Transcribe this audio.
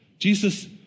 Jesus